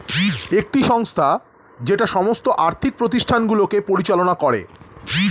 একটি সংস্থা যেটা সমস্ত আর্থিক প্রতিষ্ঠানগুলিকে পরিচালনা করে